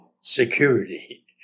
security